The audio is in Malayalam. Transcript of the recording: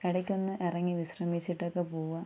ഇടയ്ക്ക് ഒന്ന് ഇറങ്ങി വിശ്രമിച്ചിട്ട് ഒക്കെ പോവുക